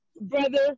brother